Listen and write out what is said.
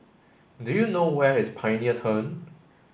do you know where is Pioneer Turn